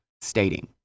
stating